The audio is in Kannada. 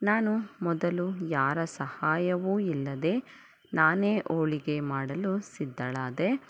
ನಾನು ಮೊದಲು ಯಾರ ಸಹಾಯವು ಇಲ್ಲದೆ ನಾನೇ ಹೋಳಿಗೆ ಮಾಡಲು ಸಿದ್ಧಳಾದೆ